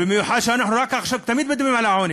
במיוחד שאנחנו רק עכשיו, תמיד מדברים על העוני.